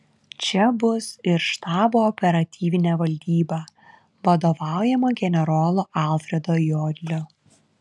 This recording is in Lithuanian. čia bus ir štabo operatyvinė valdyba vadovaujama generolo alfredo jodlio